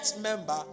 member